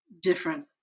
different